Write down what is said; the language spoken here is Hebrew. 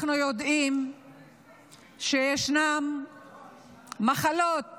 אנחנו יודעים שישנן מחלות